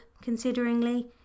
consideringly